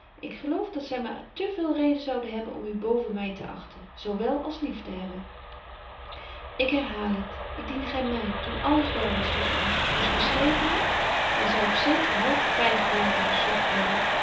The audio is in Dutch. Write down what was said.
ik geloof dat zy maar te veel reden zouden hebben om u boven my te achten zo wel als lief te hebben ik herhaal het indien gy my toen alles wel was tusschen ons dus geschreven hadt dan zou ik zeker een hope vygebladen gezogt hebben